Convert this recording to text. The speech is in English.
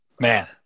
Man